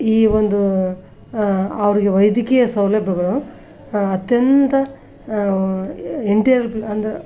ಈ ಒಂದು ಅವರಿಗೆ ವೈದ್ಯಕೀಯ ಸೌಲಭ್ಯಗಳು ಅತ್ಯಂತ ಅಂದ್ರೆ